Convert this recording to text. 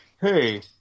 hey